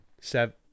Seven